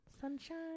Sunshine